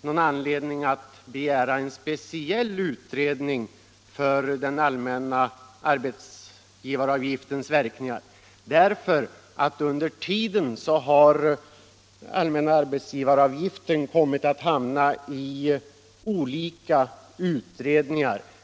någon anledning att begära en speciell utredning om den allmänna arbetsgivaravgiftens verkningar därför att dessa under tiden kommit att tas upp i olika utredningar.